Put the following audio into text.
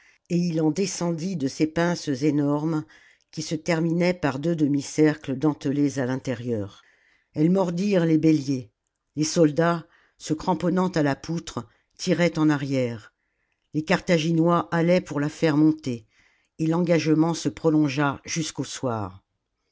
et il en descendit de ces pinces énormes qui se terminaient par deux demi-cercles dentelés à l'intérieur elles mordirent les béhers les soldats se cramponnant à la poutre tiraient en arrière les carthaginois balaient pour la faire monter et l'engagement se prolongea jusqu'au soir